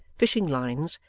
fishing-lines,